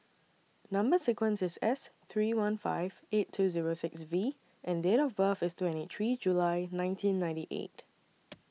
Number sequence IS S three one five eight two Zero six V and Date of birth IS twenty three July nineteen ninety eight